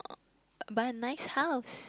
buy a nice house